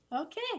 Okay